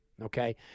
Okay